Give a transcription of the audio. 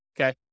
okay